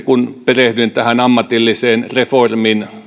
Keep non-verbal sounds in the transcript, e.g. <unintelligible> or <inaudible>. <unintelligible> kun perehdyin ammatillisen reformin